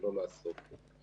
כמה דברים על המספרים בתוך המבצע